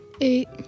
Eight